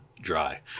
Dry